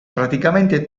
praticamente